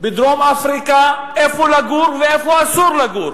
שונות בדרום-אפריקה איפה מותר לגור ואיפה אסור לגור,